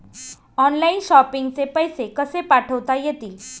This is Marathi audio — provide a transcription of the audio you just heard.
ऑनलाइन शॉपिंग चे पैसे कसे पाठवता येतील?